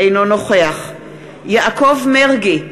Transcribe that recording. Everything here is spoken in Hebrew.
אינו נוכח יעקב מרגי,